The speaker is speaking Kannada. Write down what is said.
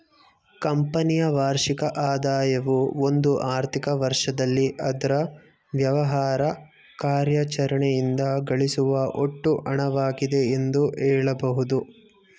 ಕಂಪನಿಯ ವಾರ್ಷಿಕ ಆದಾಯವು ಒಂದು ಆರ್ಥಿಕ ವರ್ಷದಲ್ಲಿ ಅದ್ರ ವ್ಯವಹಾರ ಕಾರ್ಯಾಚರಣೆಯಿಂದ ಗಳಿಸುವ ಒಟ್ಟು ಹಣವಾಗಿದೆ ಎಂದು ಹೇಳಬಹುದು